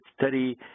study